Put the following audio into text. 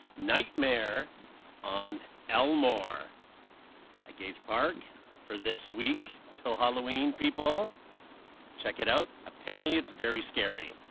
nightmare on elmore at gage park for this week till halloween people check it out apparently it's very scary.